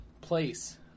place